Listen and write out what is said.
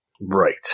Right